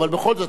אבל בכל זאת,